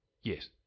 Yes